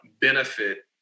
benefit